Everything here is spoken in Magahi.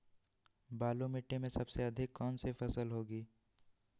बालू मिट्टी में सबसे अधिक कौन सी फसल होगी?